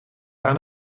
aan